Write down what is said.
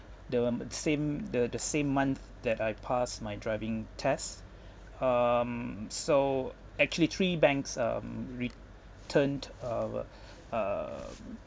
the on the same the the same month that I pass my driving test um so actually three banks um returned a um